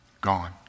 gone